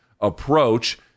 approach